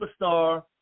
superstar